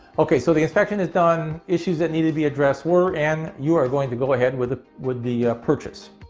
okay, so the inspection is done. issues that need to be addressed were and you are going to go ahead with with the purchase.